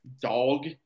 dog